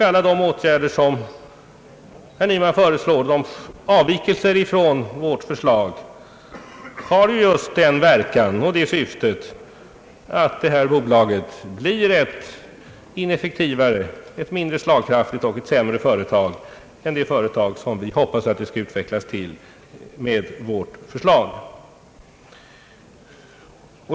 Alla de åtgärder som herr Nyman föreslår, dvs. avvikelserna från vårt förslag, har just sådan verkan och sådant syfte att detta bolag blir ett ineffektivare och mindre slagkraftigt och sämre företag än det företag vi hoppas att det skall utvecklas till: med vårt förslag.